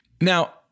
Now